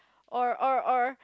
or or or